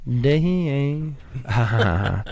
day